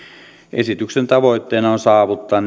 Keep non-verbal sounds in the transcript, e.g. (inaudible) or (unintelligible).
esityksen tavoitteena on saavuttaa (unintelligible)